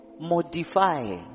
modify